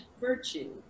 virtue